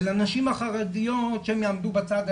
ולנשים החרדיות שהן יעמדו בצד.